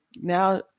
now